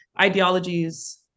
ideologies